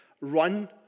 run